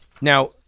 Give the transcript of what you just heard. Now